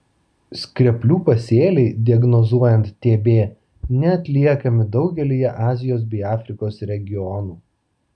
skreplių pasėliai diagnozuojant tb neatliekami daugelyje azijos bei afrikos regionų